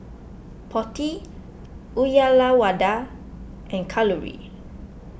Potti Uyyalawada and Kalluri